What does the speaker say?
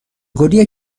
گلیه